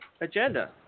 agenda